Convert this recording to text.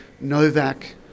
Novak